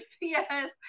yes